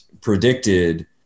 predicted